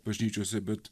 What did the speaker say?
bažnyčiose bet